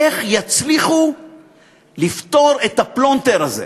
איך יצליחו לפתור את הפלונטר הזה?